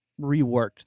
reworked